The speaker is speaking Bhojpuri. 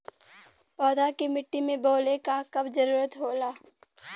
पौधा के मिट्टी में बोवले क कब जरूरत होला